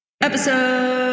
Episode